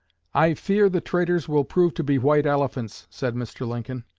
i fear the traitors will prove to be white elephants said mr. lincoln.